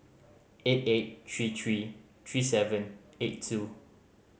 eight eight three three three seven eight two